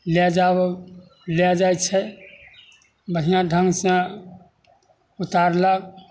लए जाब लए जाइत छै बढ़िआँ ढङ्ग से उतारलक